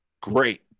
Great